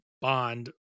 bond